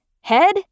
head